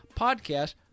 podcast